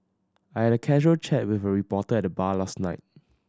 I had a casual chat with a reporter at the bar last night